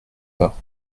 pas